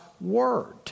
Word